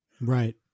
Right